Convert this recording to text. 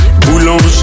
Boulanger